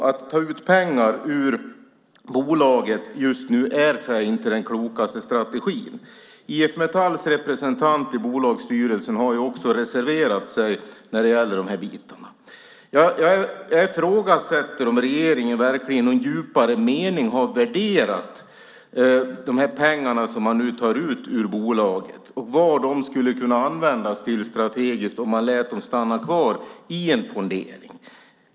Att ta ut pengar ur bolaget just nu är kanske inte den klokaste strategin. IF Metalls representant i bolagsstyrelsen har också reserverat sig när det gäller de bitarna. Jag ifrågasätter om regeringen verkligen i någon djupare mening har värderat de pengar man nu tar ut ur bolaget och vad de skulle kunna användas till strategiskt om man lät dem stanna kvar i en fondering.